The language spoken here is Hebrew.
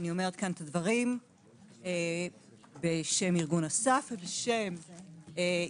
אני אומרת את הדברים בשם ארגון אס"ף ובשם ארגוני